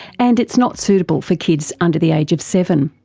and it's not suitable for kids under the age of seven.